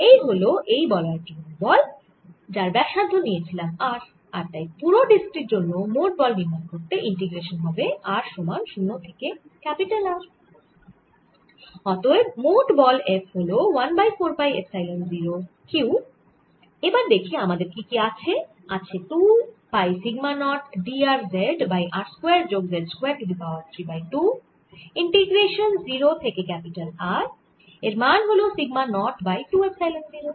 এই হল এই বলয়ের জন্য বল যার ব্যাসার্ধ নিয়েছিলাম r আর তাই পুরো ডিস্ক টির জন্য মোট বল নির্ণয় করতে ইন্টিগ্রেশান হবে r সমান 0 থেকে ক্যাপিটাল R অতএব মোট বল F হল 1 বাই 4 পাই এপসাইলন 0 q এবার দেখি আমাদের কি কি আছে আছে 2 পাই sigma naught d r z by r square যোগ z square to the power 3 by 2 integration 0 থেকে ক্যাপিটাল R এর মান হল সিগমা নট বাই 2 এপসাইলন 0